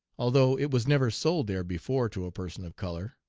although it was never sold there before to a person of color.